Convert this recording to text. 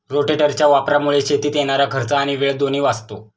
रोटेटरच्या वापरामुळे शेतीत येणारा खर्च आणि वेळ दोन्ही वाचतो